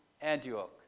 Antioch